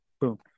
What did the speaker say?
Boom